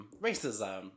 racism